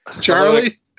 Charlie